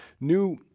new